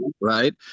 right